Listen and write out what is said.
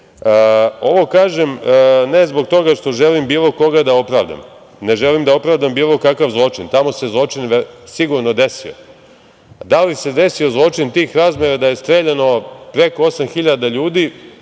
BiH.Ovo kažem ne zbog toga što želim bilo koga da opravdam, ne želim da opravdam bilo kakav zločin, tamo se zločin sigurno desio. Da li se desio zločin tih razmera da je streljano preko 8.000 hiljada